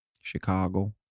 Chicago